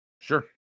Sure